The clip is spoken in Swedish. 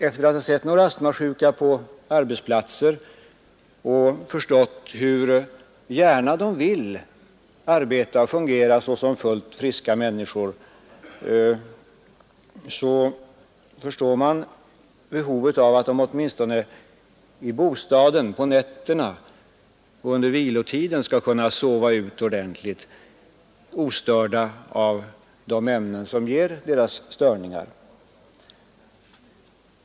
Efter att ha sett några astmasjuka på arbetsplatser och förstått hur gärna de vill arbeta och fungera såsom fullt friska människor inser man behovet av att de åtminstone i bostaden på nätterna och under vilotiden skall kunna sova ut ordentligt, ostörda av de ämnen som orsakar deras störningar.